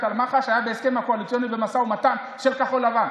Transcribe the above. על מח"ש הייתה בהסכם הקואליציוני במשא ומתן של כחול לבן.